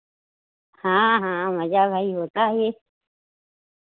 हाँ हाँ मज़ा भाई होता है